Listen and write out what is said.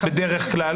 בדרך כלל.